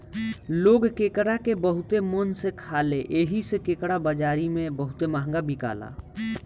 लोग केकड़ा के बहुते मन से खाले एही से केकड़ा बाजारी में बहुते महंगा बिकाला